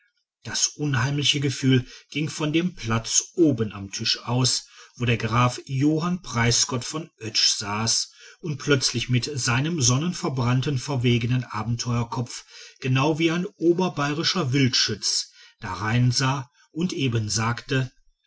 das unheimliche gefühl ging von dem platz oben am tisch aus wo der graf johann preisgott von oetsch saß und plötzlich mit seinem sonnenverbrannten verwegenen abenteurerkopf genau wie ein oberbayrischer wildschütz dareinsah und eben sagte